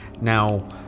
Now